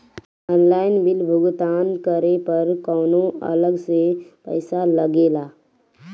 Online bill भुगतान करे पर कौनो अलग से पईसा लगेला?